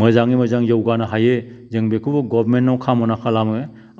मोजाङै मोजां जौगानो हायो जों बेखौबो गभमेन्टनाव खामना खालामो